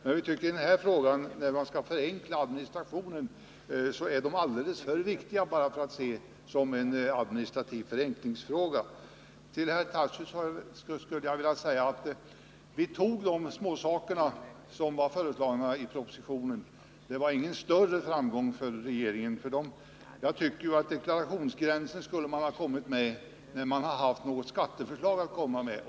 Men vi tycker att dessa frågor är alldeles för viktiga för att tas upp nu när vi diskuterar hur man skall förenkla administrationen. Detta får inte ses bara som en fråga som rör administrativ förenkling. Till Daniel Tarschys vill jag säga att vi biföll de småsaker som var föreslagna i propositionen. Det innebar inte någon större framgång för regeringen. Jag tycker att frågan om deklarationsgränsen skulle ha lagts fram när regeringen haft något skatteförslag att komma med.